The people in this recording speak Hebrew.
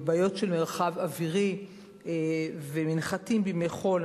יש בעיות של מרחב אווירי ומנחתים בימי חול,